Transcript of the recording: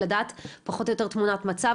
לדעת פחות או יותר תמונת מצב.